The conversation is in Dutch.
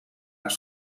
naar